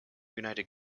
united